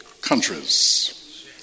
countries